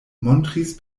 montris